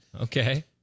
Okay